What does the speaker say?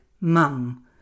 Mum